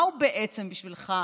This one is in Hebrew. מה הוא בעצם בשבילך,